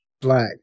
Black